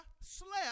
slept